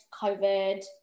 COVID